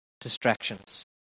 distractions